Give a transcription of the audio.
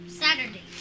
Saturday